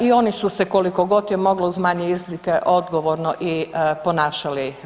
I oni su se koliko god je moglo uz manje izlike odgovorno i ponašali.